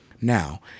Now